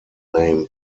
name